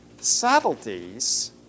subtleties